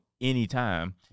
anytime